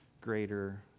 greater